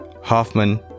Hoffman